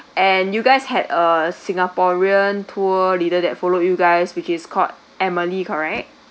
and you guys had a singaporean tour leader that followed you guys which is called emily correct